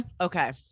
Okay